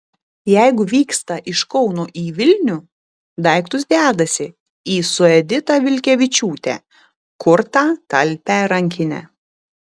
jeigu vyksta iš kauno į vilnių daiktus dedasi į su edita vilkevičiūte kurtą talpią rankinę